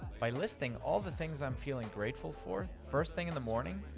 by listing all the things i'm feeling grateful for, first thing in the morning,